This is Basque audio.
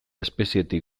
espezietik